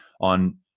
On